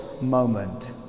moment